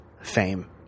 fame